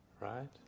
right